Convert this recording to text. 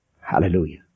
Hallelujah